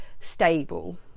stable